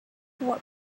what